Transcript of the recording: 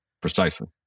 Precisely